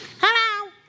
Hello